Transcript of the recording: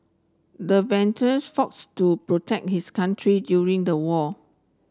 the faults to protect his country during the war